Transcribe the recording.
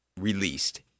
released